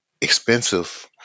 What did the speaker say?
expensive